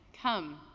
come